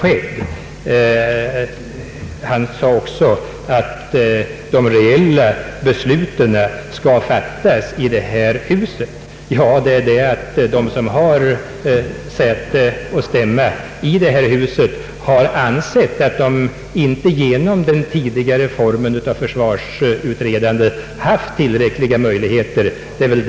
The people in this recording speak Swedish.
Herr Lindblad sade också att de reella besluten skall fattas i detta hus. Ja, de som har säte och stämma i detta hus har ansett att de inte genom den tidigare formen av försvarsutredande haft tillräckliga möjligheter därvidlag.